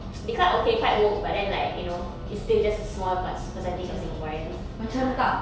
they quite okay quite woke but then like you know it's still just a small what percentage of singaporeans ya